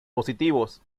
positivos